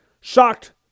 Shocked